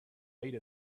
made